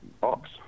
box